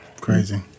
Crazy